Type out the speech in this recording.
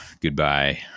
goodbye